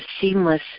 seamless